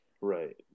right